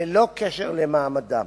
ללא קשר למעמדם.